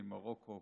עם מרוקו.